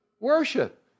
Worship